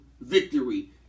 victory